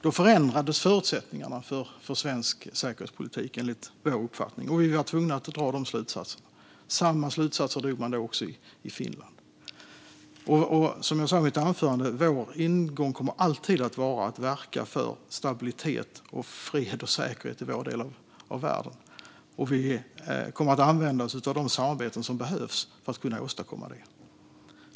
Då förändrades förutsättningarna för svensk säkerhetspolitik, enligt vår uppfattning, och vi var tvungna att dra våra slutsatser. Samma slutsatser drog man också i Finland. Som jag sa i mitt anförande kommer vår ingång alltid att vara att verka för stabilitet, fred och säkerhet i vår del av världen. Och vi kommer att använda oss av de samarbeten som behövs för att kunna åstadkomma det.